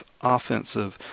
offensive